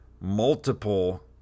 multiple